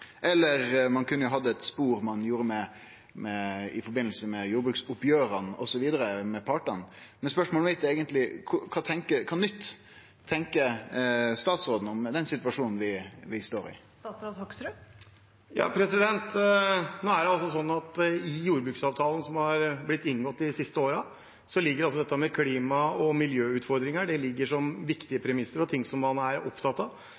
Eller ein kunne hatt eit spor, slik ein har i forbindelse med jordbruksoppgjera med partane. Spørsmålet mitt er eigentleg: Kva nytt tenkjer statsråden om den situasjonen vi står i? I jordbruksavtalene som har blitt inngått de siste årene, ligger det med klima- og miljøutfordringer som viktige premisser, og som noe man er opptatt av.